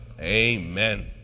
Amen